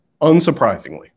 unsurprisingly